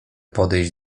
podejść